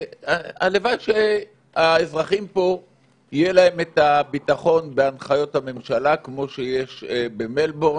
הלוואי שלאזרחים פה יהיה את הביטחון בהנחיות הממשלה כמו שיש במלבורן,